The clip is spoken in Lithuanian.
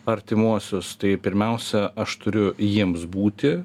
artimuosius tai pirmiausia aš turiu jiems būti